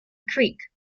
creek